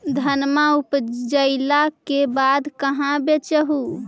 धनमा उपजाईला के बाद कहाँ बेच हू?